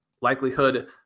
likelihood